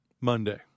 Monday